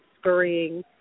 scurrying